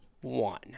one